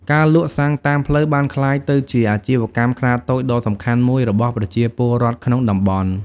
ការលក់សាំងតាមផ្លូវបានក្លាយទៅជាអាជីវកម្មខ្នាតតូចដ៏សំខាន់មួយរបស់ប្រជាពលរដ្ឋក្នុងតំបន់។